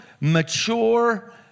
mature